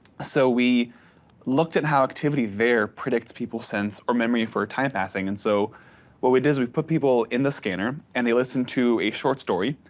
so we looked at how activity there predicts people sense or memory for time passing. and so what we did is we put people in the scanner, and they listened to a short story.